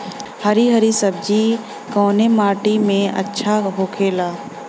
हरी हरी सब्जी कवने माटी में अच्छा होखेला?